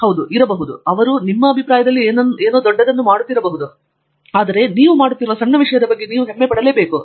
ಹೌದು ಅವರು ನಿಮ್ಮ ಅಭಿಪ್ರಾಯದಲ್ಲಿ ಏನನ್ನಾದರೂ ಮಾಡುತ್ತಿರಬಹುದು ಆದರೆ ನೀವು ಮಾಡುತ್ತಿರುವ ಸಣ್ಣ ವಿಷಯದ ಬಗ್ಗೆ ನೀವು ಹೆಮ್ಮೆ ಪಡಬೇಕು